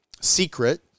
secret